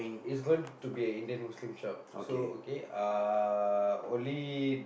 is going to be an Indian Muslim shop so okay uh only